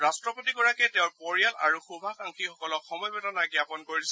ৰাট্টপতিগৰাকীয়ে তেওঁৰ পৰিয়াল আৰু শুভাকাংক্ষীসকলক সমবেদনা জ্ঞাপন কৰিছে